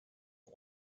and